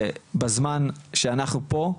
ובזמן שאנחנו פה,